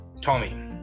Tommy